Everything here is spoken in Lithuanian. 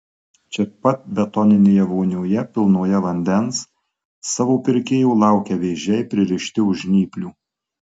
čia pat betoninėje vonioje pilnoje vandens savo pirkėjo laukia vėžiai pririšti už žnyplių